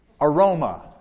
aroma